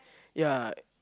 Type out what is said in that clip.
ya